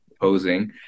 posing